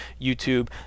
YouTube